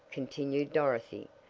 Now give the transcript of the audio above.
continued dorothy,